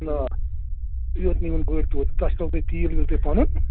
آ یوٚت نِوُن گٲڑۍ تور کسٹمر تیٖل ویٖل تہِ پنُن